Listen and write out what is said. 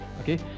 Okay